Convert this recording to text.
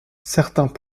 certains